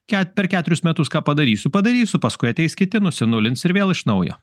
ket per ketverius metus ką padarysiu padarysiu paskui ateis kiti nusinulins ir vėl iš naujo